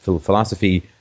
philosophy